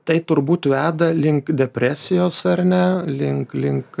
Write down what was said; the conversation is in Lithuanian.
tai turbūt veda link depresijos ar ne link link